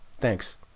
Thanks